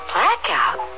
Blackout